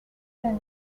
spade